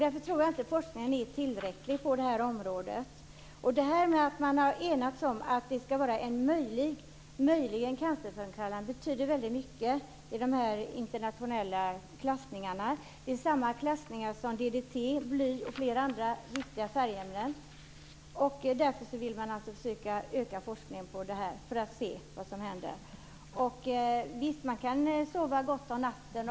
Jag tror inte att forskningen är tillräcklig på det här området. Det betyder mycket att man har enats om att detta är möjligen cancerframkallande i de internationella klassningarna. Det är samma klassningar där DDT, bly och flera giftiga färgämnen finns. Man vill alltså försöka öka forskningen om detta för att se vad som händer. Visst kan man sova gott om natten.